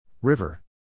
River